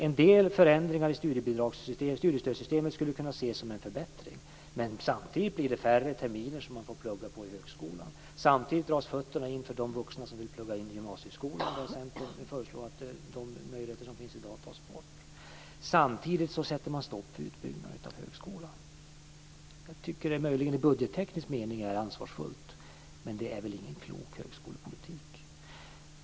En del förändringar i studiestödssystemet skulle kunna ses som en förbättring. Men samtidigt får man färre terminer för att plugga på högskolan. Samtidigt dras fötterna undan för de vuxna som vill plugga in gymnasieskolan. Centern vill föreslå att de möjligheter som finns i dag tas bort. Samtidigt sätter man stopp för utbyggnad av högskolan. Jag tycker att det möjligen i budgetteknisk mening är ansvarsfullt. Men det är väl ingen klok högskolepolitik.